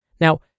Now